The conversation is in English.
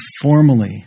formally